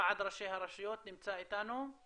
ועד ראשי הרשויות, נמצא איתנו?